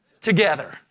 together